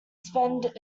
spend